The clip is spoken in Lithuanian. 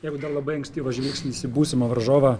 jeigu dar labai ankstyvas žvilgsnis į būsimą varžovą